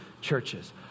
churches